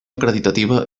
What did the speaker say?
acreditativa